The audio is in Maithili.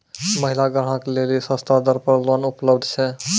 महिला ग्राहक लेली सस्ता दर पर लोन उपलब्ध छै?